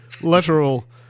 literal